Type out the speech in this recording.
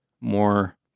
more